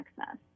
access